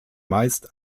meist